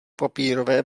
papírové